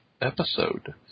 episode